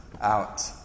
out